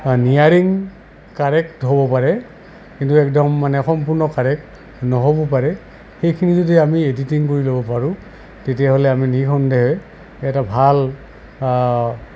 নিয়াৰিং correct হ'ব পাৰে কিন্তু একদম মানে সম্পূৰ্ণ কাৰেক্ট নহ'বও পাৰে সেইখিনি যদি আমি এডিটিং কৰি ল'ব পাৰোঁ তেতিয়াহ'লে আমি নিঃসন্দেহে এটা ভাল